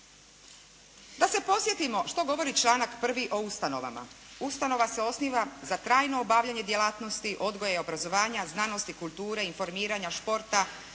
Da se podsjetimo što govori članak prvi o ustanovama. Ustanova se osniva za trajno obavljanje djelatnosti odgoja i obrazovanja, znanosti, kulture, informiranja, športa,